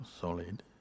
solid